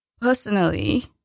personally